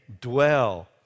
dwell